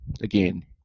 again